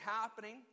happening